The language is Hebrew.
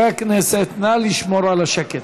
חברי הכנסת, נא לשמור על השקט.